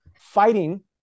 fighting